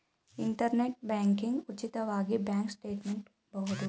internet banking ಉಚಿತವಾಗಿ bank statement ಬಹುದು